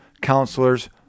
counselors